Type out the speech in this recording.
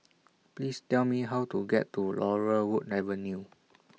Please Tell Me How to get to Laurel Wood Avenue